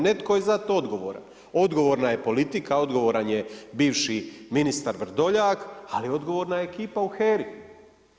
Netko je za to odgovoran – odgovorna je politika, odgovoran je bivši ministar Vrdoljak, ali odgovorna je i ekipa u HERA-i.